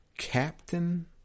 captain